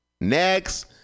Next